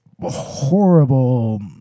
horrible